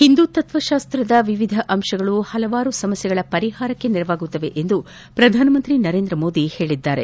ಹಿಂದು ತತ್ವಶಾಸ್ತ್ರದ ವಿವಿಧ ಅಂತಗಳು ಹಲವಾರು ಸಮಸ್ಯೆಗಳ ಪರಿಹಾರಕ್ಕೆ ನೆರವಾಗುತ್ತವೆ ಎಂದು ಪ್ರಧಾನಮಂತ್ರಿ ನರೇಂದ್ರ ಮೋದಿ ಹೇಳಿದ್ದಾರೆ